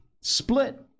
split